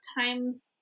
times